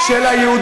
מדוע